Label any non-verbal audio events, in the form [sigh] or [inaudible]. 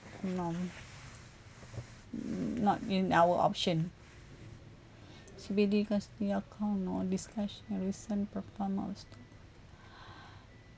no not in our option [breath] C_B_D cause discuss perform most [breath]